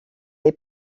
est